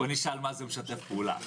בואו נשאל מה זה "משתף פעולה".